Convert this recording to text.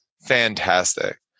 fantastic